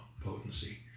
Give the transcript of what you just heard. potency